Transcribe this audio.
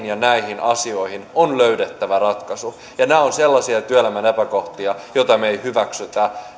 ja näihin asioihin on löydettävä ratkaisu ja nämä ovat sellaisia työelämän epäkohtia joita me emme hyväksy